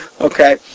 Okay